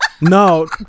No